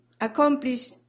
accomplish